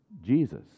Jesus